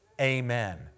amen